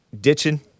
ditching